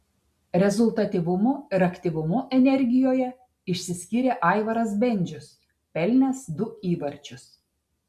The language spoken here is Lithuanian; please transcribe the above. rezultatyvumu ir aktyvumu energijoje išsiskyrė aivaras bendžius pelnęs du įvarčius